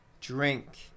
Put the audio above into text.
drink